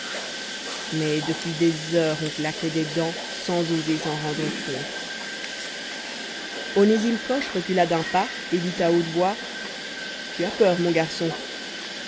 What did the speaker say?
mais depuis des heures on claquait des dents sans oser s'en rendre compte onésime coche recula d'un pas et dit à haute voix tu as peur mon garçon